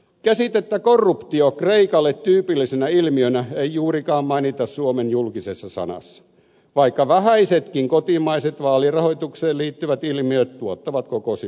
käsitettä korruptio kreikalle tyypillisenä ilmiönä ei juurikaan mainita suomen julkisessa sanassa vaikka vähäisetkin kotimaiset vaalirahoitukseen liittyvät ilmiöt tuottavat koko sivun juttuja